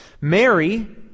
Mary